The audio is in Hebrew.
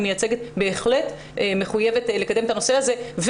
מייצגת בהחלט מחויבות לקדם את הנושא הזה.